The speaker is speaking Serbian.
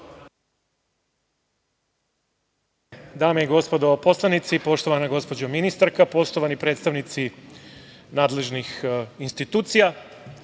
narodni poslanici, poštovana gospođo ministarka, poštovani predstavnici nadležnih institucija,